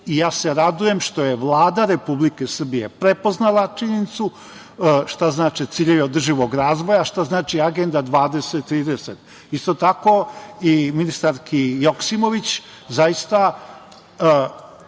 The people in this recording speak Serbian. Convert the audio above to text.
akcije i radujem se što je Vlada Republike Srbije prepoznala činjenicu šta znače ciljevi održivog razvoja, a šta znači Agenda 20-30.Isto tako i ministarki Joksimović, ciljevi